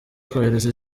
twohereza